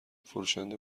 فروشنده